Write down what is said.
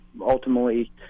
ultimately